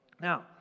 Now